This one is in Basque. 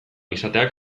izateak